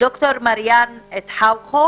ד"ר מריאן תחאוכו